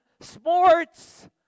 sports